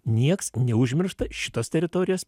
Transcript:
niekas neužmiršta šitos teritorijos